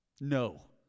No